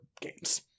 games